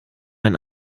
ein